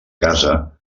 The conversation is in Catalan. casa